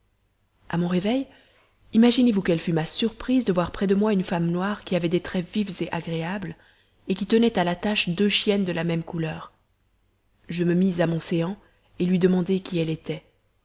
à mon réveil imaginez-vous quelle fut ma surprise de voir près de moi une femme noire qui avait des traits vifs et agréables et qui tenait à l'attache deux chiennes de la même couleur je me mis à mon séant et lui demandai qui elle était